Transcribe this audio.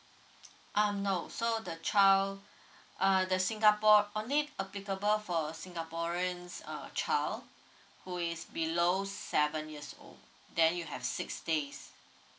um nope so the child uh the singapore only applicable for singaporeans err child who is below seven years old then you have six days